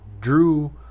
Drew